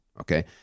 okay